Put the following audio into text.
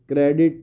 credit